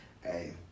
hey